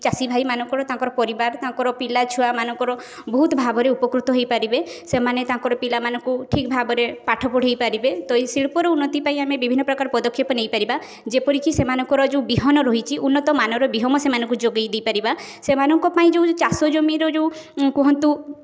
ଚାଷୀଭାଇ ମାନଙ୍କର ତାଙ୍କର ପରିବାର ତାଙ୍କର ପିଲାଛୁଆ ମାନଙ୍କର ବହୁତ ଭାବରେ ଉପକୃତ ହେଇପାରିବେ ସେମାନେ ତାଙ୍କର ପିଲାମାନଙ୍କୁ ଠିକ୍ ଭାବରେ ପାଠ ପଢ଼ାଇ ପାରିବେ ତ ଏଇ ଶିଳ୍ପର ଉନ୍ନତି ପାଇଁ ଆମେ ବିଭିନ୍ନ ପ୍ରକାର ପଦକ୍ଷେପ ନେଇପାରିବା ଯେପରିକି ସେମାନଙ୍କର ଯେଉଁ ବିହନ ରହିଛି ଉନ୍ନତ ମାନର ବିହନ ସେମାନଙ୍କୁ ଯୋଗାଇ ଦେଇପାରିବା ସେମାନଙ୍କ ପାଇଁ ଯେଉଁ ଚାଷ ଜମିର ଯେଉଁ କୁହନ୍ତୁ